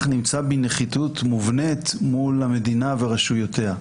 נמצא בנחיתות מובנית מול המדינה ורשויותיה,